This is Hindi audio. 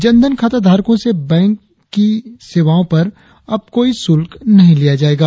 जन धन खाता धारको से बैंको की सेवाओं पर अब कोई शुल्क नही लिया जाएगा